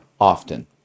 Often